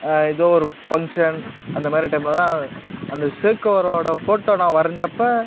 ஏதோ ஒரு ஃபங்க்ஷன் அந்த மாதிரி டைமில் தான் அந்த ஷேக்குவேரோட ஃபோட்டோ நான் வரைஞ்சப்ப